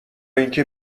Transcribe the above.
اینکه